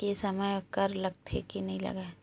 के समय कर लगथे के नइ लगय?